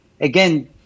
Again